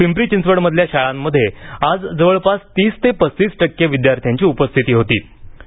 पिंपरी चिंचवडमधल्या शाळांमध्ये आज जवळपास तीस ते पस्तीस टक्के विद्यार्थ्यांची उपस्थिती नोंदवली गेली